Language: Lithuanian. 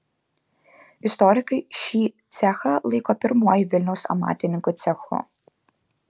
istorikai šį cechą laiko pirmuoju vilniaus amatininkų cechu